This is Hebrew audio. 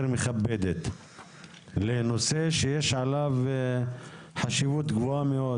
מכבדת לנושא שיש עליו חשיבות גבוהה מאוד,